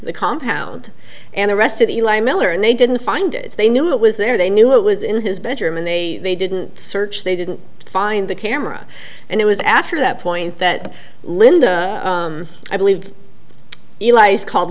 the compound and the rest of the line miller and they didn't find it they knew it was there they knew it was in his bedroom and they didn't search they didn't find the camera and it was after that point that linda i believe the lies called